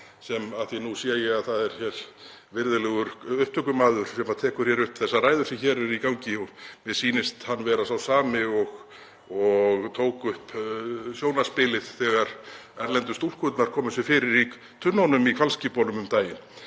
— því nú sé ég að það er hér virðulegur upptökumaður sem tekur upp þessar ræður sem hér eru í gangi, mér sýnist hann vera sá sami og tók upp sjónarspilið þegar erlendu stúlkurnar komu sér fyrir í tunnunum í hvalsskipunum um daginn